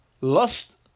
lust